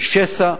של שסע,